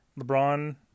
LeBron